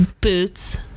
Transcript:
boots